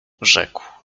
rzekł